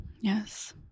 yes